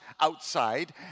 outside